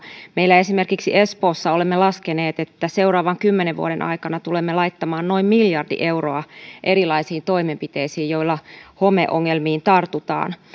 meillä esimerkiksi espoossa olemme laskeneet että seuraavan kymmenen vuoden aikana tulemme laittamaan noin miljardi euroa erilaisiin toimenpiteisiin joilla homeongelmiin tartutaan